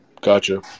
Gotcha